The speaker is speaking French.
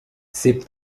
ses